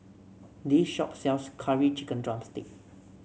this shop sells Curry Chicken drumstick